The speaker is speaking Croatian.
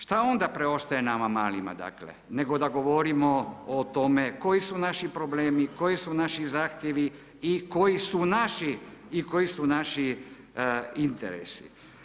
Šta onda preostaje nama malima dakle nego da govorimo o tome koji su naši problemi, koji su naši zahtjevi i koji su naši i koji su naši interesi.